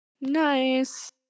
Nice